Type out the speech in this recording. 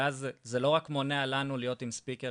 ואז זה לא רק מונע מאיתנו להיות עם ספיקר